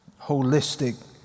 holistic